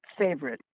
favorite